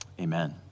Amen